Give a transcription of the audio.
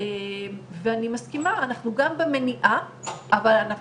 וצרפת שמוזכרות שם ומסומנות באדום, היום